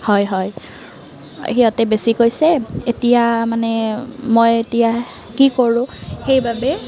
হয় হয় সিহঁতে বেছি কৈছে এতিয়া মানে মই এতিয়া কি কৰোঁ সেইবাবে